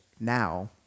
now